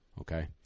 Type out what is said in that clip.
Okay